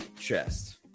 chest